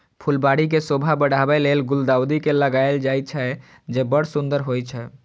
फुलबाड़ी के शोभा बढ़ाबै लेल गुलदाउदी के लगायल जाइ छै, जे बड़ सुंदर होइ छै